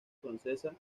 francesa